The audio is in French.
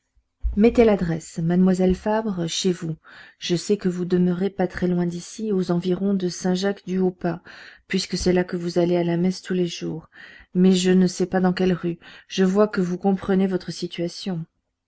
mettez l'adresse mademoiselle fabre chez vous je sais que vous demeurez pas très loin d'ici aux environs de saint jacques du haut pas puisque c'est là que vous allez à la messe tous les jours mais je ne sais pas dans quelle rue je vois que vous comprenez votre situation